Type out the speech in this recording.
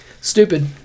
stupid